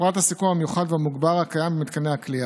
בפרט הסיכון המיוחד והמוגבר הקיים במתקני הכליאה.